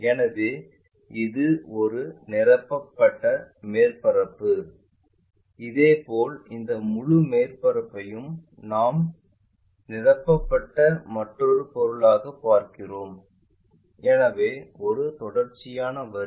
எனவே இது ஒரு நிரப்பப்பட்ட மேற்பரப்பு அதேபோல் இந்த முழு மேற்பரப்பையும் நாம் நிரப்பப்பட்ட மற்றொரு பொருளாக பார்க்கிறோம் எனவே ஒரு தொடர்ச்சியான வரி